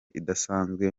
idasanzwe